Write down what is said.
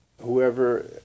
whoever